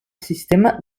sistema